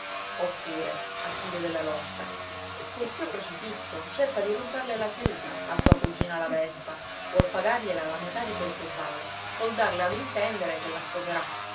oppure al figlio della locca tuo zio crocifisso cerca di rubarle la chiusa a tua cugina la vespa vuol pagargliela la metà di quel che vale col darle ad intendere che la sposerà